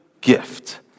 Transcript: gift